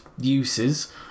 uses